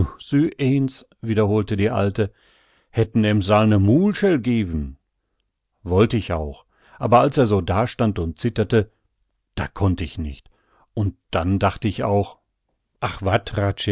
wiederholte die alte hätten em salln ne muulschell gewen wollt ich auch aber als er so dastand und zitterte da konnt ich nicht und dann dacht ich auch ach